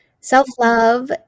self-love